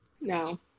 No